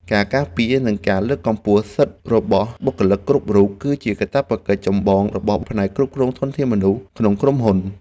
ការការពារនិងការលើកកម្ពស់សិទ្ធិរបស់បុគ្គលិកគ្រប់រូប គឺជាកាតព្វកិច្ចចម្បងរបស់ផ្នែកគ្រប់គ្រងធនធានមនុស្សក្នុងក្រុមហ៊ុន។